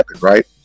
right